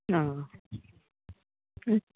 ना